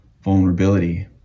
vulnerability